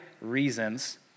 reasons